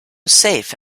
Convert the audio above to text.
safe